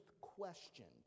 questioned